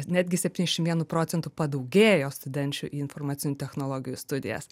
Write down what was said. netgi septyniasdešim vienu procentu padaugėjo studenčių į informacinių technologijų studijas